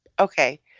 Okay